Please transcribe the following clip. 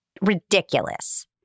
ridiculous